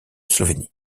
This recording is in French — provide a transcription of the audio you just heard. slovénie